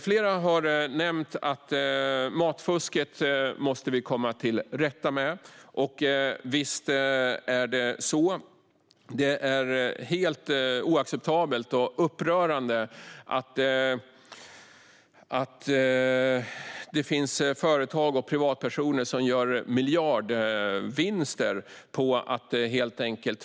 Flera har nämnt att vi måste komma till rätta med matfusket. Visst är det så. Det är oacceptabelt och upprörande att det finns företag och privatpersoner som gör miljardvinster på att fuska med mat.